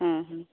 ᱦᱩᱸ ᱦᱩᱸ